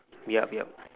yup yup